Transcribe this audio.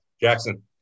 Jackson